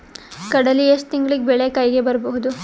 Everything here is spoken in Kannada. ಕಡಲಿ ಎಷ್ಟು ತಿಂಗಳಿಗೆ ಬೆಳೆ ಕೈಗೆ ಬರಬಹುದು?